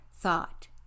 thought